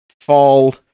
fall